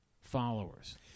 followers